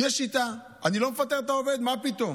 יש שיטה: אני לא מפטר את העובד, מה פתאום.